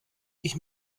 ich